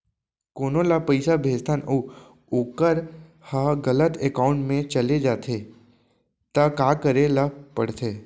कोनो ला पइसा भेजथन अऊ वोकर ह गलत एकाउंट में चले जथे त का करे ला पड़थे?